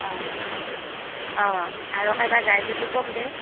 অঁ অঁ আৰু কবাই যায় যদি ক'ম দে